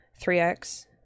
3X